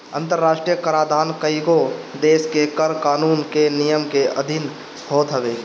अंतरराष्ट्रीय कराधान कईगो देस के कर कानून के नियम के अधिन होत हवे